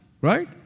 right